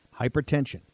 Hypertension